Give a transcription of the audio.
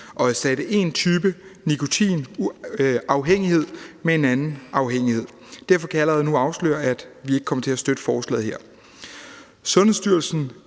erstatte én type nikotinafhængighed med en anden type nikotinafhængighed. Derfor kan jeg allerede nu afsløre, at vi ikke kommer til at støtte forslaget her. Sundhedsstyrelsen